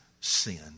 sin